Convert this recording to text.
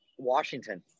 washington